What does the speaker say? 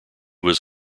was